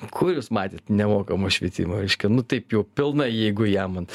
kur jūs matėt nemokamą švietimą reiškia nu taip jau pilna jeigu jamant